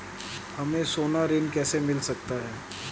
हमें सोना ऋण कैसे मिल सकता है?